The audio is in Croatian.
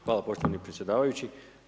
Hvala poštovani predsjedavajući.